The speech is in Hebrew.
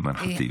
אימאן ח'טיב.